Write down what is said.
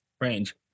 range